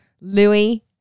Louis